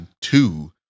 two